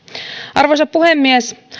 arvoisa puhemies